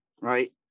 right